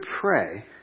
pray